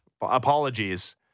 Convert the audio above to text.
Apologies